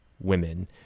women